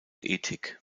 ethik